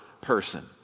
person